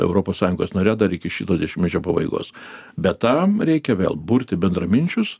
europos sąjungos nare dar iki šito dešimtmečio pabaigos bet tam reikia vėl burti bendraminčius